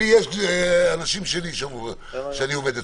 לי יש אנשים שלי שאני עובד אצלם.